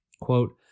quote